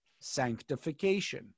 sanctification